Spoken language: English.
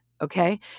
Okay